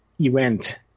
event